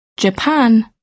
Japan